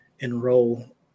enroll